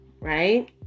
right